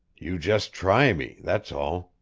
you just try me that's all.